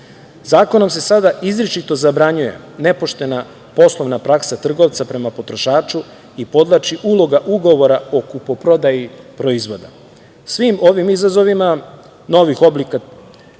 uređena. Zakonom se sada izričito zabranjuje nepoštena poslovna praksa trgovca prema potrošaču i podvlači uloga ugovora o kupoprodaji proizvoda. Svim ovim izazovima novih oblika